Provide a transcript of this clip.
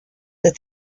that